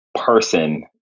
person